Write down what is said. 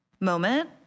moment